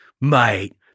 mate